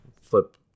flip